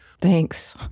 Thanks